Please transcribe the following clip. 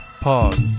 pause